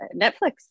netflix